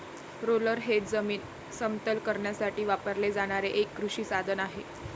roller हे जमीन समतल करण्यासाठी वापरले जाणारे एक कृषी साधन आहे